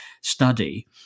study